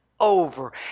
Over